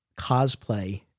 cosplay